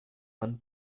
man